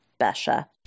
besha